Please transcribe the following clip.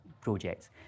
projects